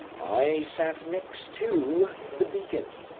i sat next to the beacon.